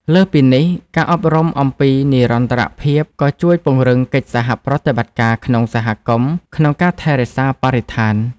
លើសពីនេះ ការអប់រំអំពីនិរន្តរភាពក៏ជួយពង្រឹងកិច្ចសហប្រតិបត្តិការក្នុងសហគមន៍ក្នុងការថែរក្សាបរិស្ថាន។